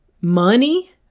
money